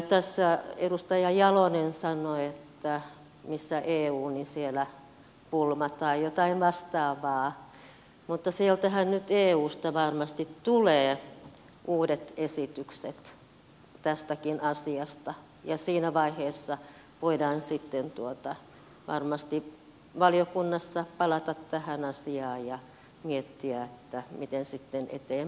tässä edustaja jalonen sanoi että missä eu niin siellä pulma tai jotain vastaavaa mutta tähän nyt eusta varmasti tulee uudet esitykset tästäkin asiasta ja siinä vaiheessa voidaan sitten varmasti valiokunnassa palata tähän asiaan ja miettiä miten sitten eteenpäin mennään